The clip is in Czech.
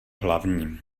hlavní